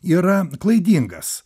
yra klaidingas